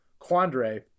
Quandre